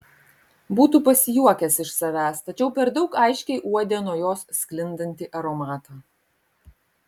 būtų pasijuokęs iš savęs tačiau per daug aiškiai uodė nuo jos sklindantį aromatą